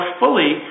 fully